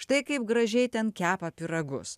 štai kaip gražiai ten kepa pyragus